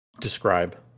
Describe